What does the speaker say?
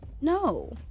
No